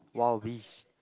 wild beasts